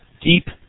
deep